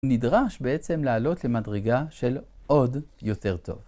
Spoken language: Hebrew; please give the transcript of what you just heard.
נדרש בעצם לעלות למדרגה של עוד יותר טוב.